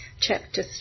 chapter